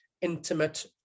intimate